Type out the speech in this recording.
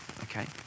Okay